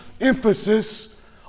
emphasis